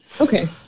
Okay